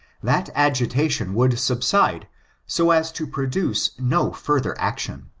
that agitation would subside so as to produce no further action.